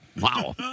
Wow